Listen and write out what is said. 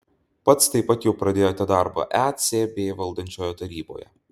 pats taip pat jau pradėjote darbą ecb valdančioje taryboje